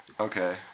Okay